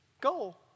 goal